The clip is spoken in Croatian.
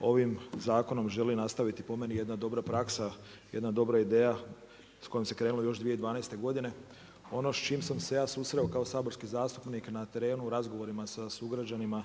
ovim zakonom želi nastaviti po meni jedna dobra praksa, jedna dobra ideja sa kojom se krenulo još 2012. godine. Ono s čim sam se ja susreo kao saborski zastupnik na terenu u razgovorima sa sugrađanima